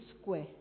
square